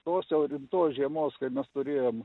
tos jau rimtos žiemos kai mes turėjom